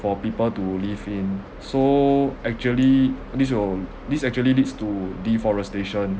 for people to live in so actually this will this actually leads to deforestation